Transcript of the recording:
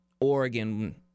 Oregon